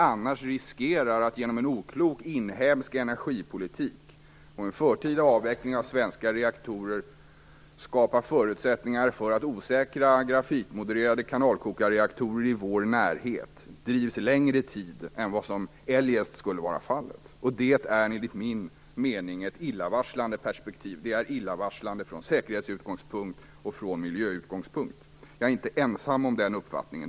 Annars riskerar vi att genom en oklok inhemsk energipolitik och en förtida avveckling av svenska reaktorer skapa förutsättningar för att osäkra grafitmodererade kanalkokarreaktorer i vår närhet drivs längre tid än vad som eljest skulle vara fallet. Det är enligt min mening ett illavarslande perspektiv. Det är illavarslande från säkerhetssynpunkt och från miljösynpunkt. Jag är inte ensam om den uppfattningen.